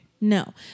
No